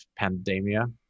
pandemia